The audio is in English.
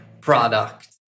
product